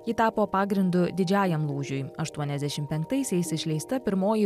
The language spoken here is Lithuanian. ji tapo pagrindu didžiajam lūžiui aštuoniasdešimt penktaisiais išleista pirmoji